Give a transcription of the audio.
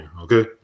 okay